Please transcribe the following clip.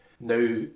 Now